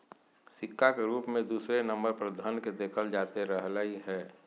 सिक्का के रूप मे दूसरे नम्बर पर धन के देखल जाते रहलय हें